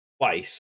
twice